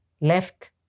left